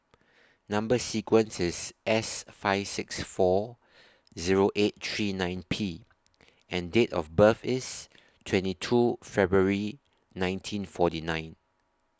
Number sequence IS S five six four Zero eight three nine P and Date of birth IS twenty two February nineteen forty nine